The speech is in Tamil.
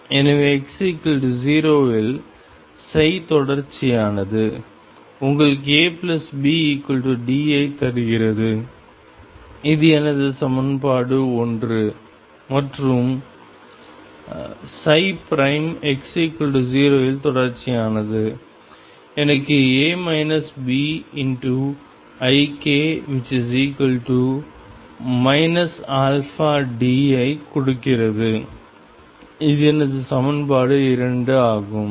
எனவே x0 இல் தொடர்ச்சியானது உங்களுக்கு ABD ஐ தருகிறது இது எனது சமன்பாடு 1 மற்றும்x0 இல் தொடர்ச்சியானது எனக்கு A Bik αD ஐ கொடுக்கிறது இது எனது சமன்பாடு 2 ஆகும்